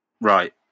Right